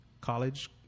college